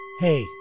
hey